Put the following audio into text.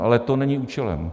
Ale to není účelem.